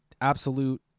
absolute